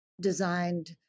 designed